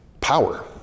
power